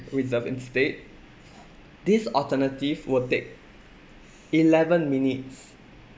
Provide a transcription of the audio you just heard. reserve instead this alternative will take eleven minutes